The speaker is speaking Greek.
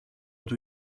του